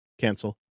cancel